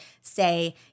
say